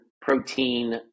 protein